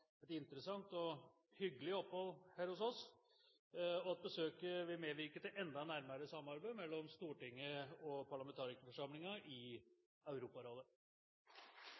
et interessant og hyggelig opphold her hos oss, og at besøket vil medvirke til enda nærmere samarbeid mellom Stortinget og parlamentarikerforsamlingen i Europarådet.